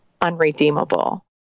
unredeemable